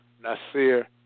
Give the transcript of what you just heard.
Nasir